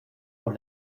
por